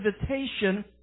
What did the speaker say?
invitation